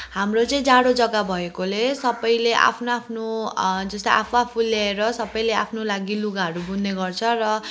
हाम्रो चाहिँ जाडो जग्गा भएकोले सबैले आफ्नो आफ्नो जस्तो आफू आफू ल्याएर सबैले आफ्नो लागि लुगाहरू बुन्ने गर्छ र